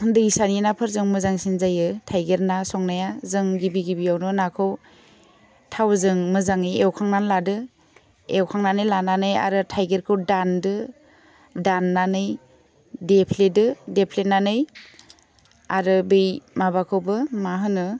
दैसानि नाफोरजों मोजांसिन जायो थाइगिर ना संनाया जों गिबि गिबियावनो नाखौ थावजों मोजाङै एवखांनानै लादो एवखांनानै लानानै आरो थाइगिरखौ दानदो दाननानै देफ्लेदो देफ्लेनानै आरो बै माबाखौबो मा होनो